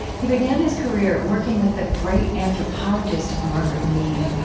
he began his career working with the great anthropologist margaret mead.